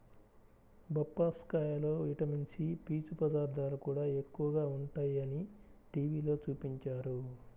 బొప్పాస్కాయలో vitamin C, పీచు పదార్థాలు కూడా ఎక్కువగా ఉంటయ్యని టీవీలో చూపించారు